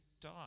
die